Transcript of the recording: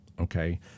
okay